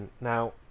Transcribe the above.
Now